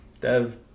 dev